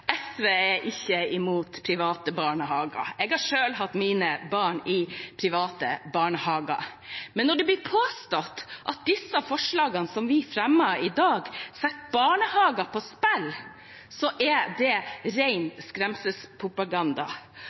SV er ikke imot private barnehager. Jeg har selv hatt mine barn i private barnehager. Men når det blir påstått at disse forslagene som vi fremmer i dag, setter barnehager på spill, er det ren skremselspropaganda.